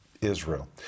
Israel